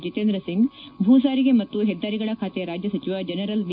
ಜಿತೇಂದ್ರಸಿಂಗ್ ಭೂ ಸಾರಿಗೆ ಮತ್ತು ಹೆದ್ದಾರಿಗಳ ಖಾತೆ ರಾಜ್ಯ ಸಚಿವ ಜನರಲ್ ವಿ